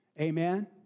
amen